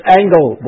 angle